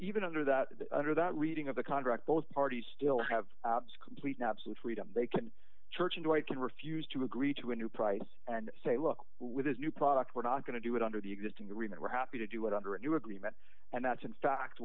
even under that under that reading of the contract those parties still have abs complete now absolute freedom they can church and we can refuse to agree to a new price and say look with this new product we're not going to do it under the existing agreement we're happy to do it under a new agreement and that's in fact